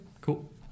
cool